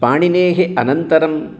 पाणिनेः अनन्तरम्